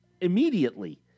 immediately